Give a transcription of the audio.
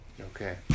Okay